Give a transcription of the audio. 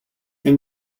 and